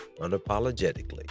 unapologetically